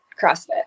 crossfit